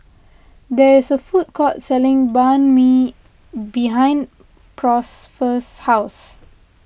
there is a food court selling Banh Mi behind Prosper's house